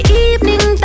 evening